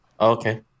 Okay